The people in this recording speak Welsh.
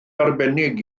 arbennig